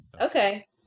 Okay